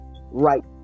right